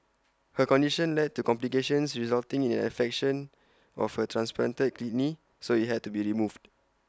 her condition led to complications resulting in an infection of her transplanted kidney so IT had to be removed